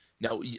Now